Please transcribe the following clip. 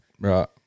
Right